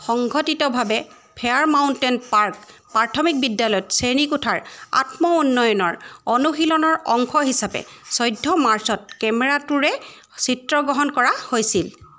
সংঘটিতভাৱে Fairmount Park প্ৰাথমিক বিদ্যালয়ত শ্ৰেণীকোঠাৰ আত্ম উন্নয়নৰ অনুশীলনৰ অংশ হিচাপে চৈধ্য মাৰ্চত কেমেৰাটোৰে চিত্ৰগ্ৰহণ কৰা হৈছিল